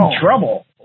trouble